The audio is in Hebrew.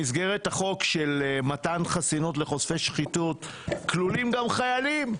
במסגרת החוק של מתן חסינות לחושפי שחיתות כלולים גם חיילים,